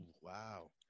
wow